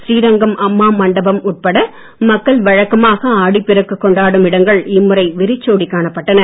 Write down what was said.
ஸ்ரீரங்கம் அம்மா மண்டபம் உட்பட மக்கள் வழக்கமாக ஆடிப் பெருக்கு கொண்டாடும் இடங்கள் இம்முறை வெறிச்சோடிக் காணப்பட்டன